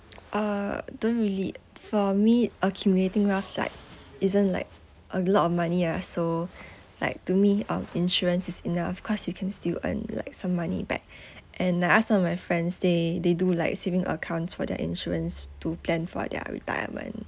uh don't really for me accumulating wealth like isn't like a lot of money ah so like to me uh insurance is enough cause you can still earn like some money back and I ask some of my friends they they do like saving accounts for their insurance to plan for their retirement